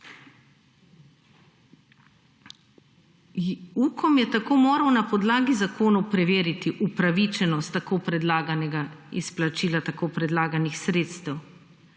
Ukom je tako moral na podlagi zakonov preveriti upravičenost tako predlaganega izplačila tako predlaganih sredstev.